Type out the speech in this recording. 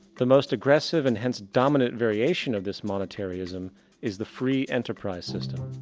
the most agressive and hence dominant variation of this monetary-ism is the free enterprise system.